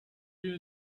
you